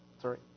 Sorry